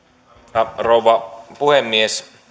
arvoisa rouva puhemies